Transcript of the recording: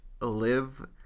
live